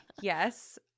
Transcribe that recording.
Yes